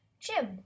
Jim